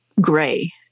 gray